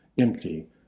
empty